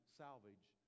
salvage